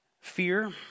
Fear